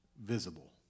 visible